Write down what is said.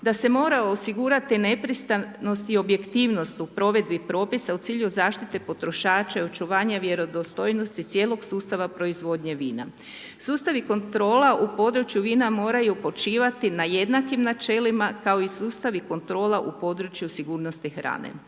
da se mora osigurati nepristranost i objektivnost u provedbi propisa u cilju zaštite potrošača i očuvanje vjerodostojnosti cijelog sustava proizvodnje vina. Sustavi kontrola u području vina moraju počivati na jednakim načelima kao i sustavi kontrola u području sigurnosti hrane.